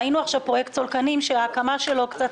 ראינו עכשיו פרויקט סולקנים שההקמה שלו התעכבה,